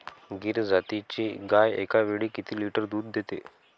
गीर जातीची गाय एकावेळी किती लिटर दूध देते?